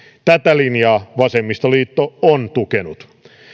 tätä linjaa vasemmistoliitto on tukenut